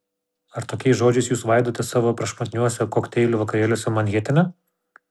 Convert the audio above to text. ar tokiais žodžiais jūs svaidotės savo prašmatniuose kokteilių vakarėliuose manhetene